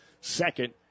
second